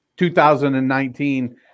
2019